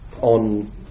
on